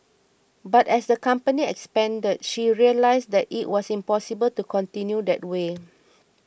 but as the company expanded she realised that it was impossible to continue that way